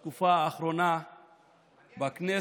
למלא באמונה את תפקידי כסגן שר ולקיים את החלטות הכנסת.